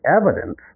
evidence